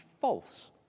false